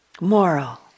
Moral